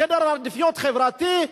סדר עדיפויות חברתי,